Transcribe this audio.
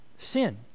sin